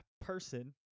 person